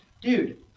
dude